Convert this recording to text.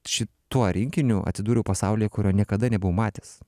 šituo rinkiniu atsidūriau pasaulyje kurio niekada nebuvau matęs